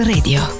Radio